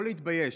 לא להתבייש.